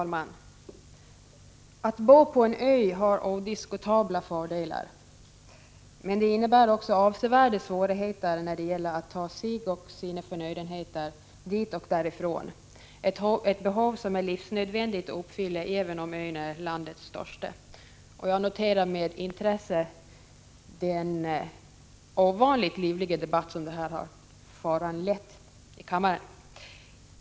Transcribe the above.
Fru talman! Att bo på en ö har odiskutabla fördelar. Men det innebär också avsevärda svårigheter när det gäller att ta sig och sina förnödenheter dit och därifrån, ett behov som är livsnödvändigt att uppfylla även om ön är landets största. Jag noterar med intresse den ovanligt livliga debatt som detta ärende har föranlett i kammaren.